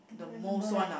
cannot remember right